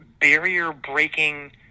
barrier-breaking